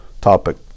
topic